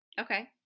Okay